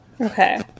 okay